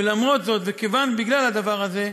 ולמרות זאת, ובגלל הדבר הזה,